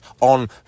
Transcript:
on